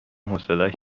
حوصلش